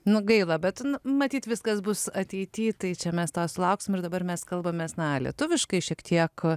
nu gaila bet nu matyt viskas bus ateity tai čia mes to sulauksim ir dabar mes kalbamės na lietuviškai šiek tiek